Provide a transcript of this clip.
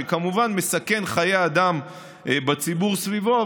שכמובן מסכן חיי אדם בציבור סביבו,